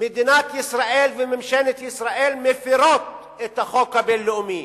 מדינת ישראל וממשלת ישראל מפירות את החוק הבין-לאומי.